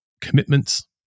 commitments